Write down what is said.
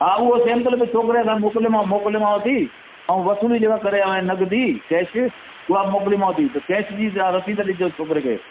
हा उहो सेंपल बि छोकिरे हथां मोक्लमां मोकिलियामांवती ऐं वसूली जेका करे आयो आहियां उहो नग़दी जी कैश उहा बि मोकिलियामांवती कैश जी रसीद ॾिजो छोकिरे खे